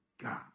God